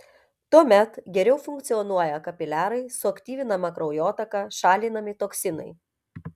tuomet geriau funkcionuoja kapiliarai suaktyvinama kraujotaka šalinami toksinai